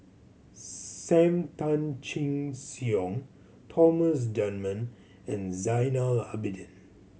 Sam Tan Chin Siong Thomas Dunman and Zainal Abidin